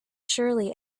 surely